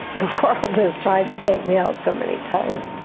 the world is trying to take me out so many times.